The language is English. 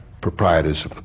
proprietors